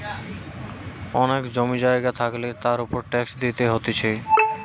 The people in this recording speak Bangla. অনেক জমি জায়গা থাকলে তার উপর ট্যাক্স দিতে হতিছে